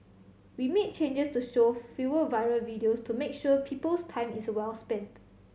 we made changes to show fewer viral videos to make sure people's time is well spent